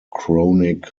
chronic